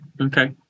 Okay